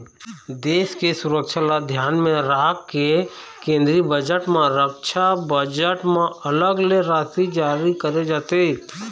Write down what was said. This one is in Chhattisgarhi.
देश के सुरक्छा ल धियान म राखके केंद्रीय बजट म रक्छा बजट म अलग ले राशि जारी करे जाथे